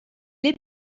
est